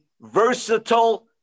versatile